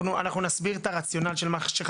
אנחנו נסביר את הרציונל של מה שחשבנו,